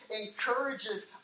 encourages